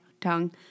tongue